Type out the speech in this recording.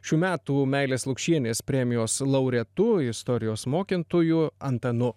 šių metų meilės lukšienės premijos laureatu istorijos mokytoju antanu